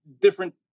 different